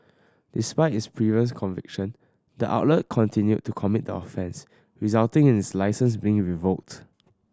despite its previous conviction the outlet continued to commit the offence resulting in its licence being revoked